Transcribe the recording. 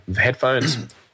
headphones